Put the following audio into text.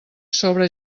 sobre